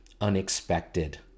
unexpected